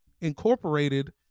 Incorporated